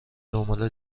دنبال